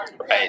Right